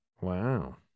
Wow